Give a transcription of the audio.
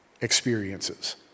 experiences